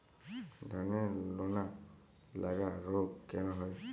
ধানের লোনা লাগা রোগ কেন হয়?